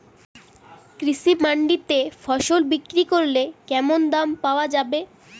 কৃষি মান্ডিতে ফসল বিক্রি করলে কেমন দাম পাওয়া যাবে?